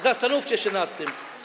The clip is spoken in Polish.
Zastanówcie się nad tym.